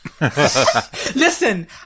Listen